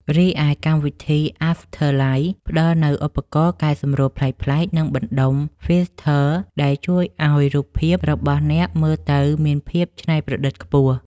រីឯកម្មវិធី អាហ្វធ័រឡៃ ផ្ដល់នូវឧបករណ៍កែសម្រួលប្លែកៗ និងបណ្តុំ ហ្វីលធ័រ ដែលជួយឱ្យរូបភាពរបស់អ្នកមើលទៅមានភាពច្នៃប្រឌិតខ្ពស់។